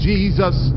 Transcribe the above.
Jesus